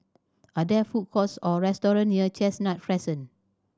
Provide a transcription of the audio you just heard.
are there food courts or restaurant near Chestnut Crescent